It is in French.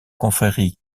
confrérie